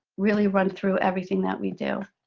really run through everything that we do.